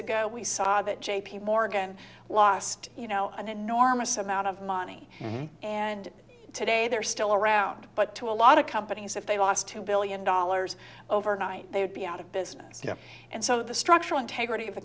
ago we saw that j p morgan lost you know an enormous amount of money and today they're still around but to a lot of companies if they lost two billion dollars overnight they would be out of business and so the structural integrity of the